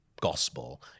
gospel